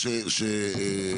עזר?